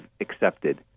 accepted